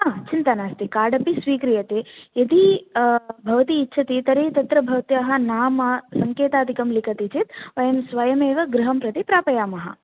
आं चिन्ता नास्ति कार्ड् अपि स्वीक्रियते यदि भवती इच्छति तर्हि तत्र भवत्याः नाम सङ्केतादिकं लिखति चेत् वयं स्वयमेव गृहं प्रति प्रापयामः